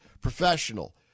professional